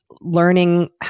learning